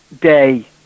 day